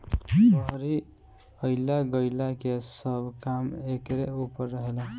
बहरी अइला गईला के सब काम एकरे ऊपर रहेला